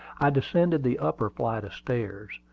i descended the upper flight of stairs.